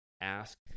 ask